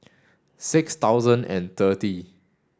six thousand and thirty